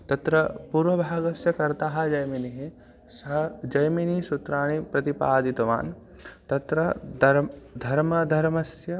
तत्र पूर्वभागस्य कर्ता जैमिनिः स जैमिनीसूत्राणि प्रतिपादितवान् तत्र धर्मः धर्मधर्मस्य